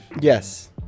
yes